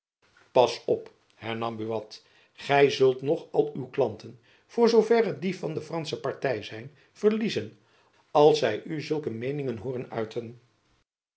pas op hernam buat gy zult nog al uw klanten voor zoo verre die van de fransche party zijn verliezen als zy u zulke meeningen hooren uiten